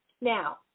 Now